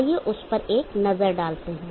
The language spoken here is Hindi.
आइए उस पर एक नजर डालते हैं